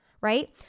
right